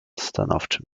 stanowczym